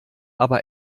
aber